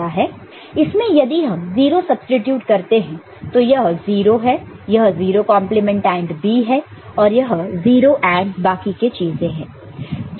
इसमें यदि हम 0 सब्सीट्यूट करते हैं तो यह 0 है यह 0 कंप्लीमेंट AND B है और यह 0 AND बाकी के चीजें हैं